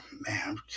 man